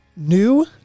New